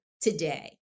today